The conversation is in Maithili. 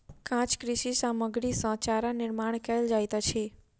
काँच कृषि सामग्री सॅ चारा निर्माण कयल जाइत अछि